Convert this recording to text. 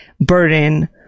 burden